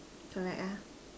correct